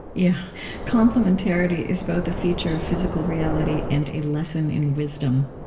yeah complementarity is both a feature of physical reality and a lesson in wisdom.